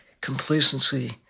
complacency